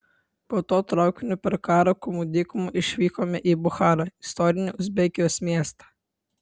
po to traukiniu per karakumų dykumą išvykome į bucharą istorinį uzbekijos miestą